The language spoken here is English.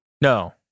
No